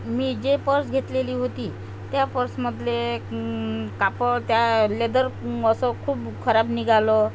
मी जे पर्स घेतलेली होती त्या पर्समधले कापड त्या लेदर असं खूप खराब निघालं